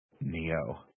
Neo